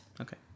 okay